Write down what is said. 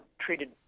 treated